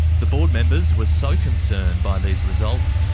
the board members were so concerned by these results,